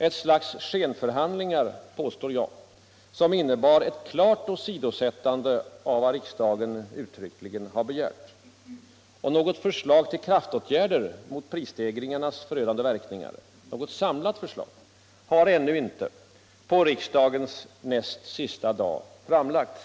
Ett slags skenförhandlingar, påstår jag, som innebar ett klart åsidosättande av vad riksdagen uttryckligen begärt. Och något samlat förslag till kraftåtgärder mot prisstegringarnas förödande verkningar har ännu inte — på riksdagens näst sista dag — framlagts.